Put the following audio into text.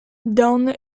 dawn